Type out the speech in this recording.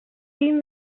seen